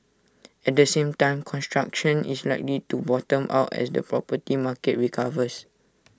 at the same time construction is likely to bottom out as the property market recovers